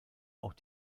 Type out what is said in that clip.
auch